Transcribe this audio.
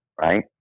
right